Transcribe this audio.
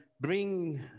bring